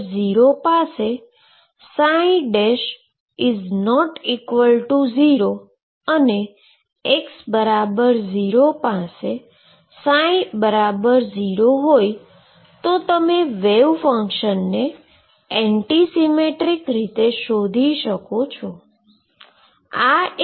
જો x0 પાસે ≠0 અને x0 પાસે ψ0 હોય તો તમે વેવ ફંક્શનને એન્ટી સીમેટ્રીક રીતે શોધી શકો છો